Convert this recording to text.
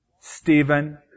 Stephen